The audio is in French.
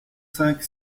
cinq